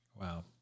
Wow